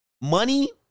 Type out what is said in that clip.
Money